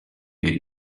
get